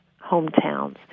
hometowns